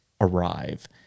arrive